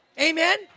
Amen